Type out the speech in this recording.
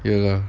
ya lah